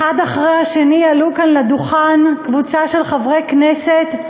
אחד אחרי השני עלו כאן לדוכן, קבוצה של חברי כנסת,